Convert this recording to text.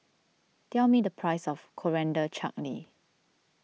tell me the price of Coriander Chutney